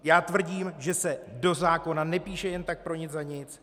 Já tvrdím, že se do zákona nepíše jen tak pro nic za nic.